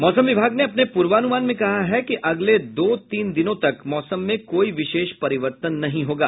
मौसम विभाग ने अपने पूर्वान्रमान में कहा है कि अगले दो तीन दिनों तक मौसम में कोई विशेष परिवर्तन नहीं होगा